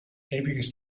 eventjes